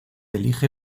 elige